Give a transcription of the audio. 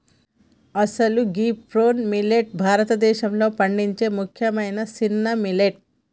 అసలు గీ ప్రోనో మిల్లేట్ భారతదేశంలో పండించే ముఖ్యమైన సిన్న మిల్లెట్